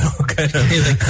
Okay